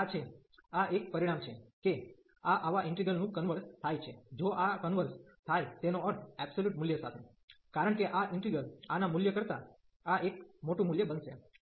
તેથી આ છે આ એક પરિણામ છે કે આ આવા ઈન્ટિગ્રલ નું કન્વર્ઝ થાય છે જો આ કન્વર્ઝ થાય તેનો અર્થ એબ્સોલ્યુટ મૂલ્ય સાથે કારણ કે આ ઈન્ટિગ્રલ આના મૂલ્ય કરતા આ એક મોટું મૂલ્ય બનશે